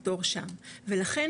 אבל זה לא סוגר להם את התואר שם ולכן